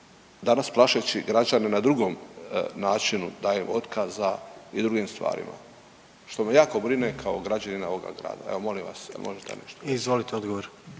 Danas plašeći građane na drugom načinu davanjem otkaza i drugim stvarima što me jako brine kao građanina ovoga grada. Evo molim vas jel' možete nešto reći.